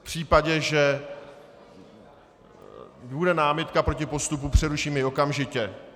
V případě, že bude námitka proti postupu, přeruším jej okamžitě.